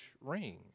ring